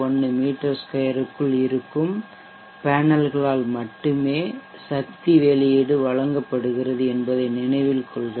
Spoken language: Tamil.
1 மீ 2 க்குள் இருக்கும் பேனல்களால் மட்டுமே சக்தி வெளியீடு வழங்கப்படுகிறது என்பதை நினைவில் கொள்க